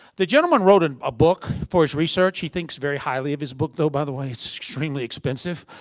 the gentleman wrote and a book for his research. he thinks very highly of his book though, by the way. it's extremely expensive.